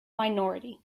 minority